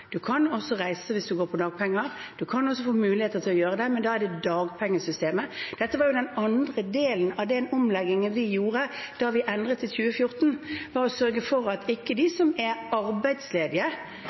du kan også reise hvis du går på dagpenger, du kan også få muligheter til å gjøre det, men da er det dagpengesystemet. Dette var jo den andre delen av den omleggingen vi gjorde da vi endret i 2014, å sørge for at de som er arbeidsledige, ikke mister inntekten. De